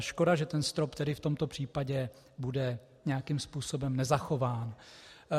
Škoda že ten strop, tedy v tomto případě, bude nějakým způsobem nezachován.